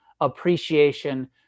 appreciation